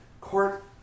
Court